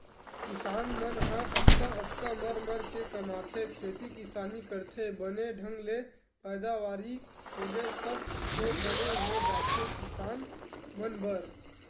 किसान मन ह अतका अतका मर मर के कमाथे खेती किसानी करथे बने ढंग ले पैदावारी होगे तब तो बने हो जाथे किसान मन बर